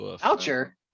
Voucher